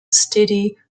steady